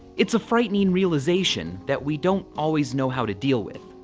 it's a frightening realization that we don't always know how to deal with.